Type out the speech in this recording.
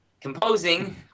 composing